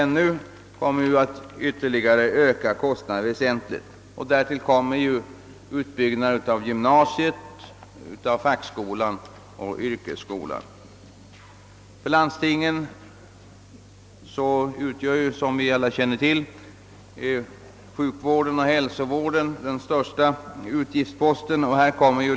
När så sker kommer kostnaderna att stiga väsentligt. Därtill kommer utbyggnaden av gymnasiet, fackskolan och yrkesskolan. För landstingen utgör, som vi alla känner till, sjukvården och hälsovården de största utgiftsposterna.